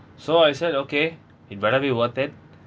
so I said okay it better be worth it